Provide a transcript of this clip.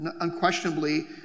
Unquestionably